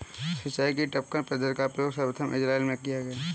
सिंचाई की टपकन पद्धति का प्रयोग सर्वप्रथम इज़राइल में किया गया